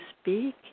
speak